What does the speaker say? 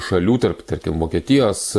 šalių tarp tarkim vokietijos